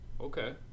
okay